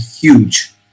huge